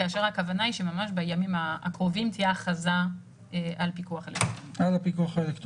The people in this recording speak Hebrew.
כאשר הכוונה היא שממש בימים הקרובים תהיה הכרזה על פיקוח אלקטרוני.